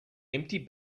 empty